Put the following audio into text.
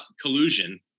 collusion